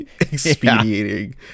expediting